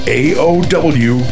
aow